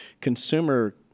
Consumer